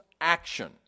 action